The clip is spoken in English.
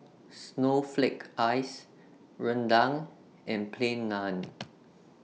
Snowflake Ice Rendang and Plain Naan